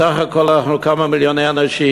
סך הכול אנחנו כמה מיליוני אנשים,